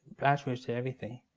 passwords to everything.